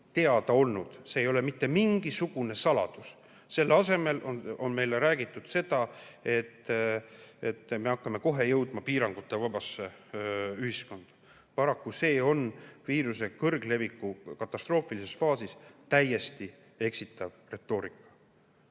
teada olnud, see ei ole mitte mingisugune saladus. Selle asemel on meile räägitud seda, et me hakkame kohe jõudma piirangutevabasse ühiskonda. Paraku on see viiruse kõrgleviku katastroofilises faasis täiesti eksitav retoorika.